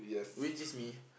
which is me